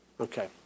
Okay